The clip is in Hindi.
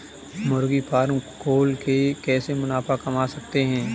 मुर्गी फार्म खोल के कैसे मुनाफा कमा सकते हैं?